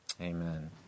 Amen